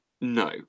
No